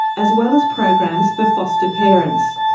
as well as programs for foster parents.